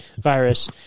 virus